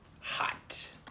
Hot